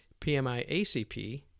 PMI-ACP